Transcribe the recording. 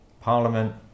Parliament